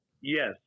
Yes